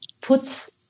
puts